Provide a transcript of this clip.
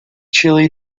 chile